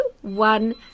one